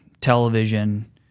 television